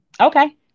Okay